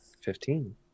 Fifteen